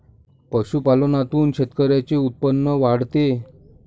पशुपालनातून शेतकऱ्यांचे उत्पन्न वाढते